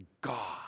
God